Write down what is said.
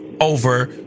over